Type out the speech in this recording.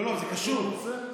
לא, לא.